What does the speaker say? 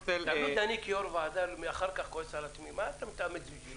אני כיושב-ראש ועדה כועס אחר כך על עצמי מה אתה מתאמץ בשביל